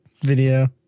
video